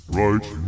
right